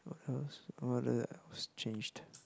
what else what else changed